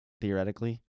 theoretically